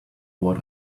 what